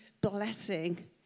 blessing